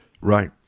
Right